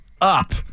up